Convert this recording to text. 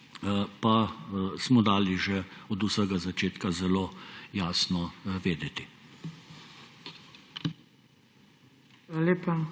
pa smo dali že od vsega začetka zelo jasno vedeti.